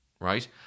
right